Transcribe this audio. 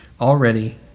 Already